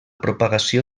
propagació